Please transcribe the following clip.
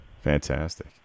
Fantastic